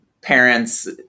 parents